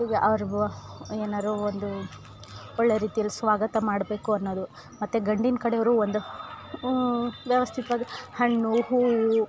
ಈಗ್ ಅವ್ರಿಗೋ ಏನಾರು ಒಂದು ಒಳ್ಳೆ ರೀತಿಲ್ಲಿ ಸ್ವಾಗತ ಮಾಡಬೇಕು ಅನ್ನೋದು ಮತ್ತು ಗಂಡಿನ ಕಡೆಯವ್ರು ಒಂದು ವ್ಯವಸ್ಥಿತವಾಗಿ ಹಣ್ಣು ಹೂವು